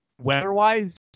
weather-wise